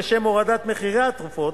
לשם הורדת מחירי התרופות,